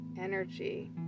energy